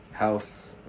House